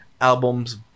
albums